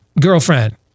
girlfriend